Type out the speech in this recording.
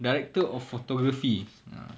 director of photography ah